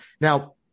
Now